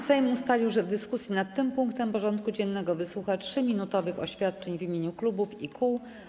Sejm ustalił, że w dyskusji nad tym punktem porządku dziennego wysłucha 3-minutowych oświadczeń w imieniu klubów i kół.